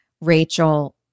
Rachel